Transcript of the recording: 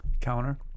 counter